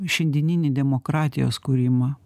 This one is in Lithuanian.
šiandieninį demokratijos kūrimą